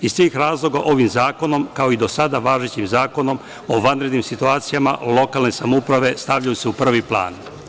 Iz tih razloga, ovim zakonom, kao i do sada važećim Zakonom o vanrednim situacijama, lokalne samouprave stavljaju se u prvi plan.